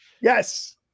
yes